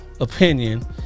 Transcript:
opinion